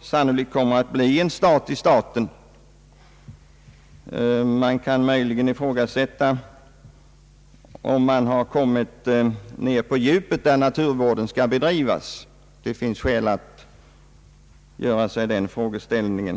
sannolikt kommer att bli en stat i staten. Möjligen kan det ifrågasättas om vi därmed har »kommit ned på djupet» där naturvården skall bedrivas. Det finns skäl att ställa den frågan.